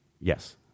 Yes